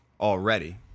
already